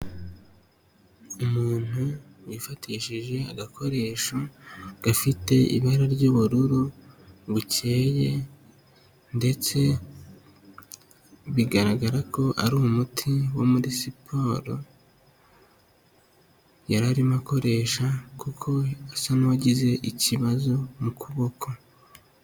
Umuntu yifatishije agakoresho gafite ibara ry'ubururu bukeye ndetse bigaragara ko ari umuti wo muri siporo, yari arimo akoresha kuko asa n'uwagize ikibazo mu kuboko.